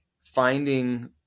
finding